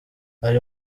hari